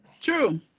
true